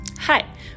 Hi